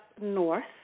north